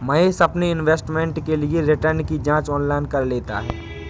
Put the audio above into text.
महेश अपने इन्वेस्टमेंट के लिए रिटर्न की जांच ऑनलाइन कर लेता है